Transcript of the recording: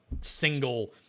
single